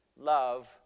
love